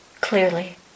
clearly